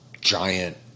giant